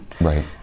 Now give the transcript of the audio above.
right